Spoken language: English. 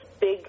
big